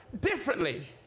differently